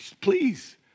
please